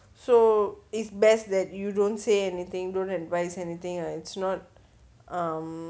so it's best that you don't say anything don't advise anything or it's not um